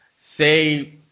say